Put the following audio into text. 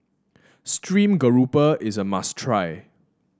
stream grouper is a must try